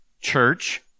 church